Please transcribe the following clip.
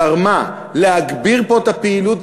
גרמה להגביר פה את הפעילות,